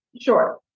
Sure